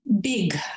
big